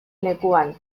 lekuan